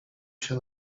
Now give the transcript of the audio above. się